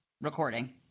recording